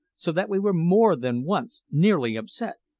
so that we were more than once nearly upset.